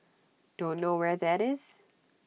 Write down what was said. don't know where that is